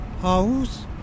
House